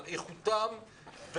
על איכותם,